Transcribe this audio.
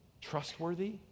trustworthy